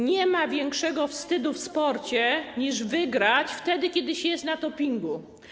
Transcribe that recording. Nie ma większego wstydu w sporcie, niż wygrać wtedy, kiedy się jest na dopingu.